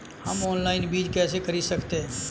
हम ऑनलाइन बीज कैसे खरीद सकते हैं?